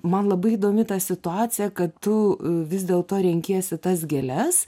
man labai įdomi ta situacija kad tu vis dėl to renkiesi tas gėles